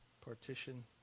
partition